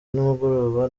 nimugoroba